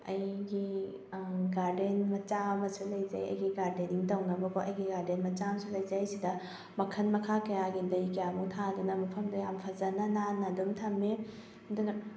ꯑꯩꯒꯤ ꯒꯥꯔꯗꯦꯟ ꯃꯆꯥ ꯑꯃꯁꯨ ꯂꯩꯖꯩ ꯑꯩꯒꯤ ꯒꯥꯔꯗꯦꯅꯤꯡ ꯇꯧꯅꯅꯕ ꯑꯩꯒꯤ ꯒꯥꯔꯗꯦꯟ ꯃꯆꯥ ꯑꯃꯁꯨ ꯂꯩꯖꯩ ꯁꯤꯗ ꯃꯈꯜ ꯃꯈꯥ ꯀꯌꯥꯒꯤ ꯂꯩ ꯀꯌꯥꯃꯨꯛ ꯊꯥꯗꯨꯅ ꯃꯐꯝꯗꯨ ꯌꯥꯝ ꯐꯖꯅ ꯅꯥꯟꯅ ꯑꯗꯨꯝ ꯊꯝꯃꯦ ꯑꯗꯨꯅ